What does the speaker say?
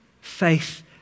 Faith